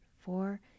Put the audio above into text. four